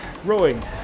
rowing